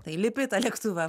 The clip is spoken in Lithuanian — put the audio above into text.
tai lipi į tą lėktuvą